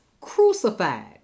crucified